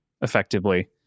effectively